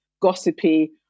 gossipy